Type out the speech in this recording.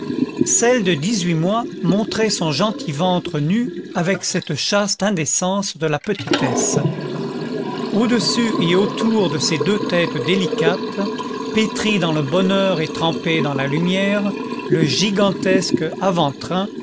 celle de dix-huit mois montrait son gentil ventre nu avec cette chaste indécence de la petitesse au-dessus et autour de ces deux têtes délicates pétries dans le bonheur et trempées dans la lumière le gigantesque